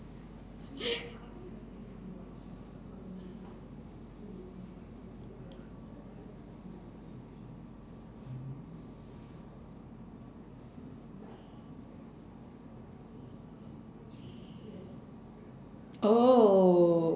oh